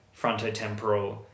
frontotemporal